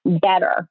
better